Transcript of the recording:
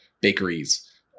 bakeries